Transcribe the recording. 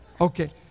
Okay